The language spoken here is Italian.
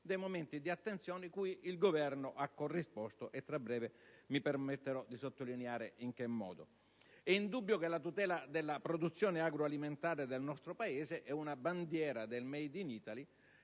dei momenti di attenzione cui il Governo ha corrisposto. Tra breve mi permetterò di sottolineare in che modo. È indubbio che la tutela della produzione agroalimentare del nostro Paese è una bandiera del *made in Italy*,